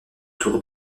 tour